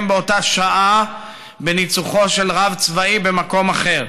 באותה שעה בניצוחו של רב צבאי במקום אחר.